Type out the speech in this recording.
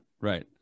right